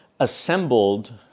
assembled